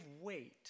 weight